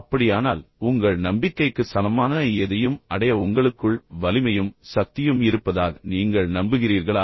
அப்படியானால் உங்கள் நம்பிக்கைக்கு சமமான எதையும் அடைய உங்களுக்குள் வலிமையும் சக்தியும் இருப்பதாக நீங்கள் நம்புகிறீர்களா